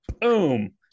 boom